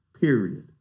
period